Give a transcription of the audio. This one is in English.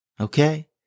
Okay